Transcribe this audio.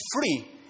free